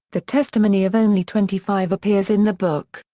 the testimony of only twenty five appears in the book,